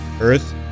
earth